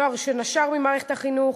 נוער שנשר ממערכת החינוך,